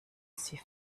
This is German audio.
sie